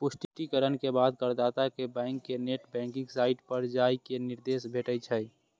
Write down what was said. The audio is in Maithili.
पुष्टिकरण के बाद करदाता कें बैंक के नेट बैंकिंग साइट पर जाइ के निर्देश भेटै छै